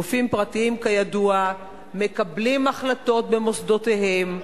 גופים פרטיים מקבלים כידוע החלטות במוסדותיהם,